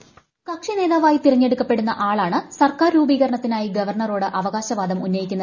voice കക്ഷിനേതാവായി തെരഞ്ഞെടുപ്പെടുന്ന ആളാണ് സർക്കാർ രൂപീകരണത്തിനായി ഗവർണറോട് അവകാശവാദം ഉന്നയിക്കുന്നത്